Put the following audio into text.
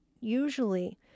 usually